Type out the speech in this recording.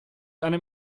einem